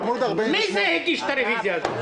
מי הגיש את הרוויזיה הזאת?